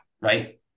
right